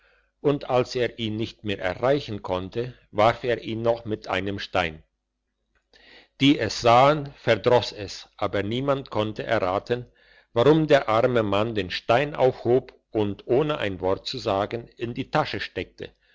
und als er ihn nicht mehr erreichen konnte warf er ihn noch mit einem stein die es sahen verdross es aber niemand konnte erraten warum der arme mann den stein aufhob und ohne ein wort zu sagen in die tasche steckte